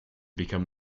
become